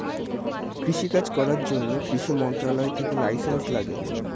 কৃষি কাজ করার জন্যে কৃষি মন্ত্রণালয় থেকে লাইসেন্স লাগে